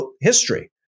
history